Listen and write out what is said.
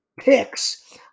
picks